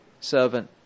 servant